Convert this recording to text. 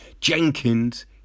Jenkins